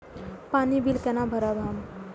पानी बील केना भरब हम?